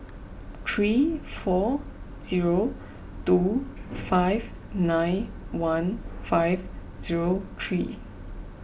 three four zero two five nine one five zero three